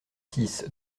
six